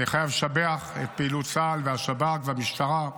אני חייב לשבח את פעילות צה"ל והשב"כ והמשטרה,